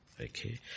Okay